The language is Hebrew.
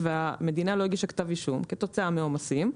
והמדינה לא הגישה כתב אישום כתוצאה מעומסים,